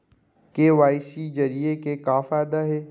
KYC जरिए के का फायदा हे?